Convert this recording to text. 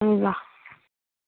ए ल